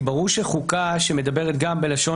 ברור שחוקה שמדברת גם בלשון